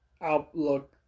outlook